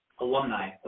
alumni